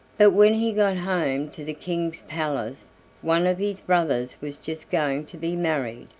but when he got home to the king's palace one of his brothers was just going to be married,